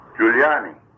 Giuliani